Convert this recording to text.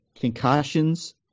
Concussions